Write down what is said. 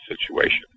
situation